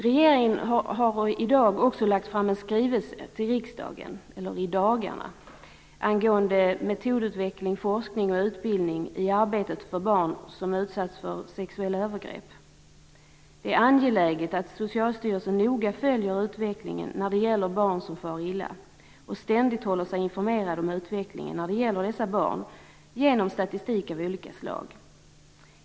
Regeringen har i dagarna lagt fram en skrivelse till riksdagen om metodutveckling, forskning och utbildning i arbetet för barn som utsatts för sexuella övergrepp. Det är angeläget att Socialstyrelsen noga följer utvecklingen när det gäller barn som far illa, och ständigt håller sig informerad om denna genom statistik av olika slag.